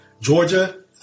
Georgia